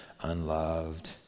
unloved